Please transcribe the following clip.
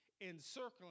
encircling